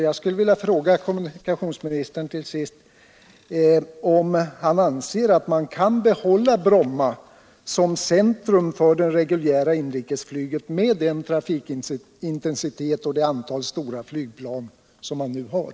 Jag vill till sist fråga kommunikationsministern om han anser att man kan behålla Bromma som centrum för det reguljära inrikesflyget med den trafikintensitet och det antal stora flygplan som man nu har.